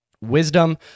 Wisdom